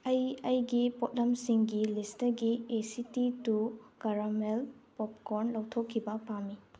ꯑꯩ ꯑꯩꯒꯤ ꯄꯣꯠꯂꯝꯁꯤꯡꯒꯤ ꯂꯤꯁꯇꯒꯤ A C T two caramel popcorn ꯂꯧꯊꯣꯛꯈꯤꯕ ꯄꯥꯝꯃꯤ